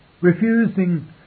refusing